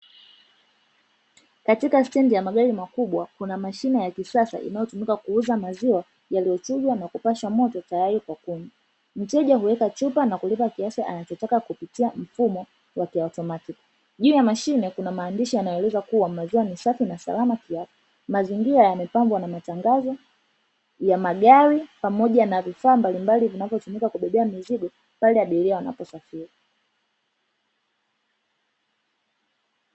Katika stendi ya magari makubwa kuna mashine ya kisasa inayotumika kuuza maziwa yaliyochujwa na kupashwa moto tayari kwa kunywa. Mteja chupa na kulipa kiasi anachotaka kupitia mfumo wa kiatomatiki juu ya mashine kuna maandishi yanayoeleza kuwa maziwa ni safi na salama. mazingira yamepambwa kwa matangazo ya magari pamoja na vifaa mbalimbali vinavyotumika kubebea mizigo pale abiria wanaposafiri.